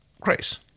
Grace